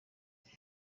iryo